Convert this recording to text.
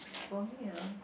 for me ah